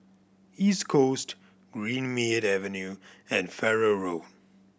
East Coast Greenmead Avenue and Farrer Road